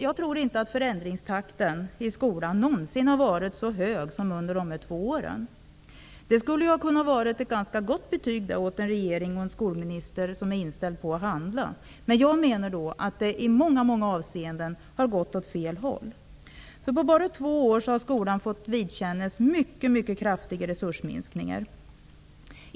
Jag tror inte att förändringstakten i skolan någonsin har varit så hög som under dessa två år. Det kunde ha varit ett ganska gott betyg åt en regering och en skolminister som är inställda på att handla, men jag menar att utvecklingen i många avseenden har gått åt fel håll. På bara två år har skolan fått vidkännas mycket kraftiga resursminskningar.